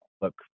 look